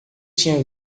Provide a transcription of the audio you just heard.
tinha